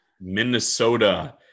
Minnesota –